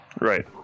Right